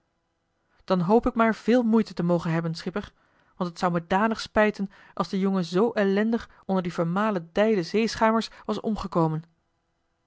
dan hoop ik maar veel moeite te mogen hebben schipper want t zou me danig spijten als de jongen zoo ellendig onder die vermaledeide zeeschuimers was omgekomen